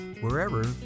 wherever